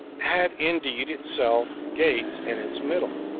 had indeed itself gates in its middle,